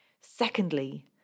Secondly